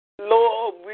Lord